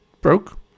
broke